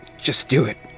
just do it,